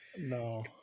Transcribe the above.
no